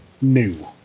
New